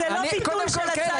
כן,